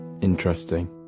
interesting